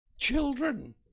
children